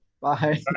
Bye